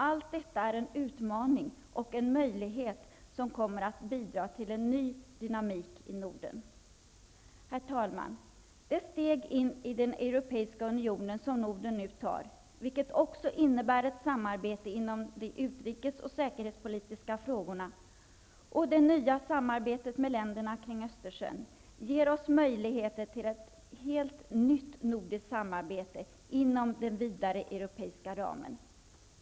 Allt detta är en utmaning och en möjlighet som kommer att bidra till en ny dynamik i Norden. Herr talman! Det steg in i den europeiska unionen som Norden nu tar, vilket också innebär ett samarbete inom de utrikes och säkerhetspolitiska frågorna, och det nya samarbetet med länderna kring Östersjön, ger oss möjligheter till ett helt nytt nordiskt samarbete inom den vidare europeiska ramen.